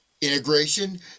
integration